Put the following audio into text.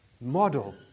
model